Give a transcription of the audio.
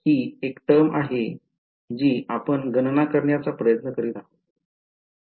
तर ही एक टर्म आहे जी आपण गणना करण्याचा प्रयत्न करीत आहोत